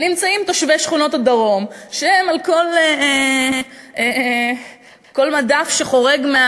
נמצאים תושבי שכונות הדרום שעל כל מדף שחורג,